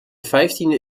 vijftiende